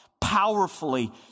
powerfully